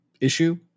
issue